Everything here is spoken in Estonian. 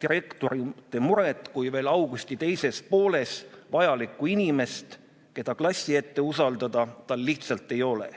direktorite muret, kui veel augusti teises pooles vajalikku inimest, keda klassi ette usaldada, tal lihtsalt ei ole.